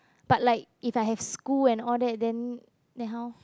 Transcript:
but like if I have school and all that then then how